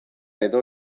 edo